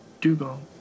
Dugong